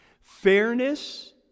Fairness